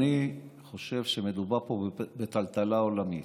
אני חושב שמדובר פה בטלטלה עולמית.